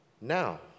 Now